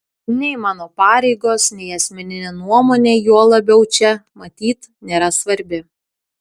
nei mano pareigos nei asmeninė nuomonė juo labiau čia matyt nėra svarbi